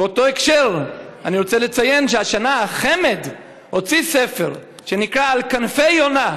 באותו הקשר אני רוצה לציין שהשנה חמ"ד הוציא ספר שנקרא "על כנפי יונה,